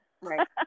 Right